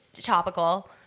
topical